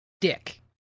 dick